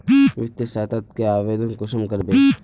वित्तीय सहायता के आवेदन कुंसम करबे?